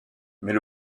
mais